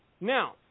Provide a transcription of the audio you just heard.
Now